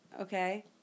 Okay